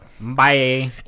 Bye